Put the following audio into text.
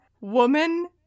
woman